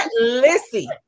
Lissy